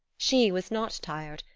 she was not tired,